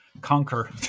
conquer